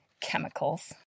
chemicals